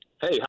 Hey